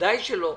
בוודאי שלא,